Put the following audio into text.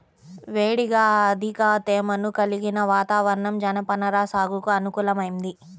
వేడిగా అధిక తేమను కలిగిన వాతావరణం జనపనార సాగుకు అనుకూలమైంది